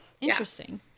Interesting